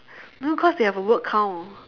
no cause they have a word count